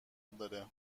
داره